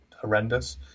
horrendous